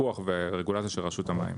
פיקוח ורגולציה של רשות המים.